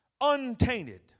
untainted